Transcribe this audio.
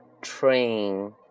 Train